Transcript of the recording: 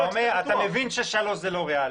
אתה מבין ששלוש זה לא ריאלי,